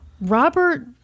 Robert